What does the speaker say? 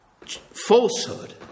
falsehood